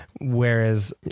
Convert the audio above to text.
whereas